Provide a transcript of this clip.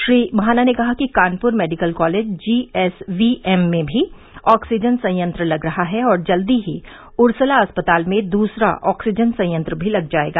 श्री महाना ने कहा कि कानपुर मेडिकल कॉलेज जीएसवीएम में भी ऑक्सीजन संयंत्र लग रहा है और जल्द ही उर्सला अस्पताल में दूसरा ऑक्सीजन संयंत्र भी लग जायेगा